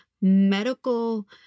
medical